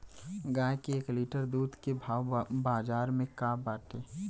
गाय के एक लीटर दूध के भाव बाजार में का बाटे?